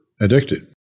addicted